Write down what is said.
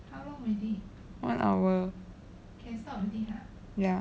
one hour ya